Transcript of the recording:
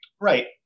Right